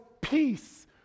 peace